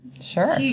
Sure